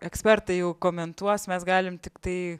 ekspertai jau komentuos mes galim tiktai